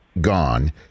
gone